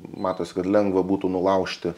matosi kad lengva būtų nulaužti